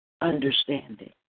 understanding